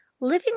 Living